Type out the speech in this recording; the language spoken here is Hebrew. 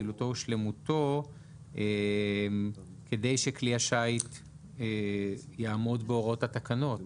יעילותו ושלמותו כדי שכלי השיט יעמוד בהוראות התקנות".